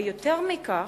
ויותר מכך,